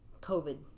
COVID